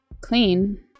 clean